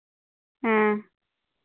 ᱦᱮᱸ